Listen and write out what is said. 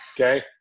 okay